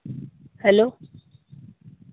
hello